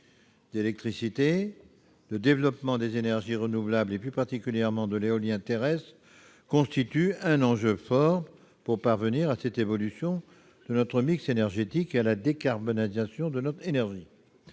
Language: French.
d'électricité. Le développement des énergies renouvelables, plus particulièrement de l'éolien terrestre, constitue un enjeu fort pour parvenir à cette évolution de notre mix énergétique et à la décarbonation de notre énergie.